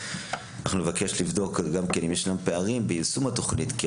נבקש לבדוק האם ישנם פערים ביישום התוכנית וזאת